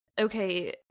Okay